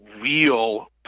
real